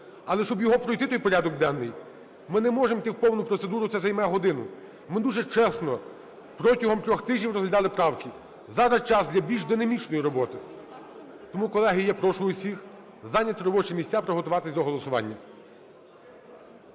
Але щоб його пройти, той порядок денний, ми не можемо йти в повну процедуру, це займе годину. Ми дуже чесно протягом трьох тижнів розглядали правки. Зараз час для більш динамічної роботи. Тому, колеги, я прошу всіх зайняти робочі місця, приготуватись до голосування.